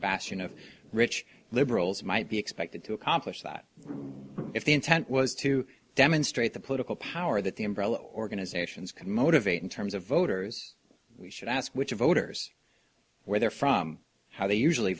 bastion of rich liberals might be expected to accomplish that if the intent was to demonstrate the political power that the umbrella organizations could motivate in terms of voters we should ask which voters where they're from how they usually